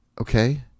okay